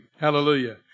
Hallelujah